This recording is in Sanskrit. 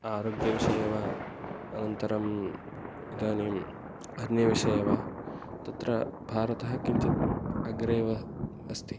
आरोग्यविषये वा अनन्तरम् इदानीम् अन्य विषये वा तत्र भारतः किञ्चित् अग्रेव अस्ति